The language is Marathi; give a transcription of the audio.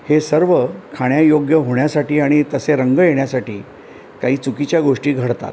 हे सर्व खाण्यायोग्य होण्यासाठी आणि तसे रंग येण्यासाठी काही चुकीच्या गोष्टी घडतात